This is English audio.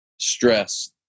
Stress